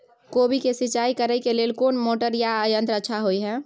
कोबी के सिंचाई करे के लेल कोन मोटर या यंत्र अच्छा होय है?